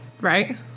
right